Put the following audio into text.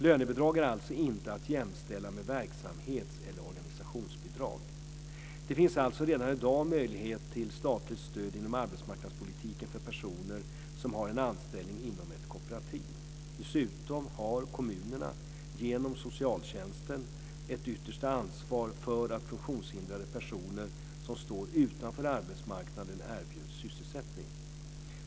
Lönebidrag är inte att jämställa med verksamhetseller organisationsbidrag. Det finns alltså redan i dag möjlighet till statligt stöd inom arbetsmarknadspolitiken för personer som har en anställning inom ett kooperativ. Dessutom har kommunerna genom socialtjänsten ett yttersta ansvar för att funktionshindrade personer som står utanför arbetsmarknaden erbjuds sysselsättning.